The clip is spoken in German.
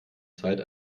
zeit